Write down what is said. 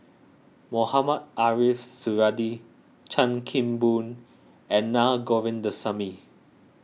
Mohamed Ariff Suradi Chan Kim Boon and Naa Govindasamy